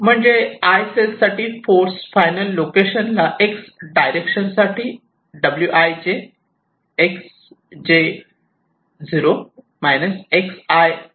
म्हणजे 'I' cell साठी force final location ला X डायरेक्शन साठी wij xjo xio असेल